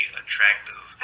attractive